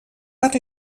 per